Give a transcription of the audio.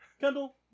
Kendall